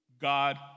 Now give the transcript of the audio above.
God